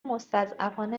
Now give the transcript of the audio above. مستضعفان